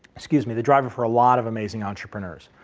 excuse me the driver for a lot of amazing entrepreneurs.